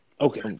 Okay